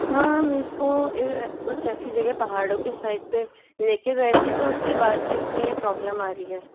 हाँ हम इसको कुछ ऐसी जगह पहाड़ों के साइड पर लेकर गये थे तो उसके बाद से इसमें यह प्रॉब्लम आ रही है